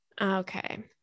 Okay